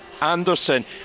Anderson